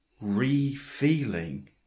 re-feeling